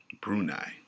Brunei